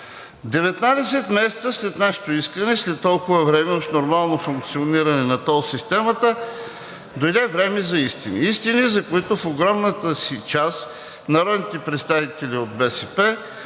месеца след нашето искане, след толкова време уж нормално функциониране на тол системата, дойде време за истини. Истини, за които в огромната си част народните представители от „БСП